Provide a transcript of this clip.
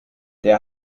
der